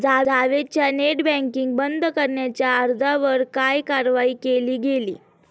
जावेदच्या net banking बंद करण्याच्या अर्जावर काय कारवाई केली गेली?